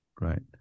right